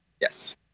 Yes